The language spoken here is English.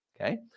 Okay